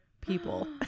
people